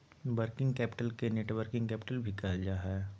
working capital के networking capital भी कहल जा हय